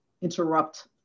interrupt